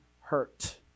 hurt